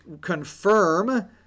confirm